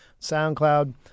SoundCloud